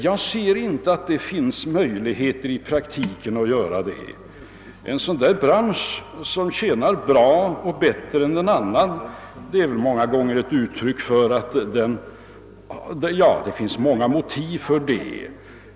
Jag inser dock inte att det i praktiken finns några möjligheter att genomföra detta. Det finns många anledningar till att en bransch kan gå bra och klara sig bättre än andra.